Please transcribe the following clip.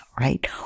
right